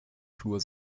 flur